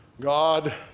God